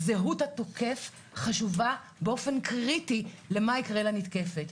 זהות התוקף חשובה באופן קריטי למה יקרה לנתקפת.